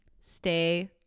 stay